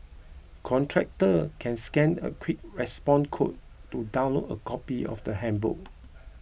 contractors can scan a quick response code to download a copy of the handbook